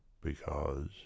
because